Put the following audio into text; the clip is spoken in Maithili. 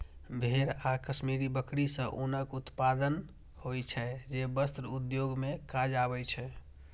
भेड़ आ कश्मीरी बकरी सं ऊनक उत्पादन होइ छै, जे वस्त्र उद्योग मे काज आबै छै